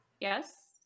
Yes